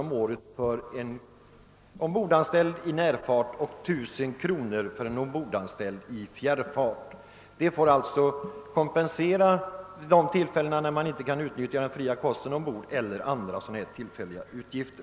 om året för de ombordanställda i närfart och 19000 kr. för de ombordanställda i fjärrfart. Det får alltså kompensera de tillfällen, när man inte kan utnyttja den fria kosten ombord eller andra förmåner.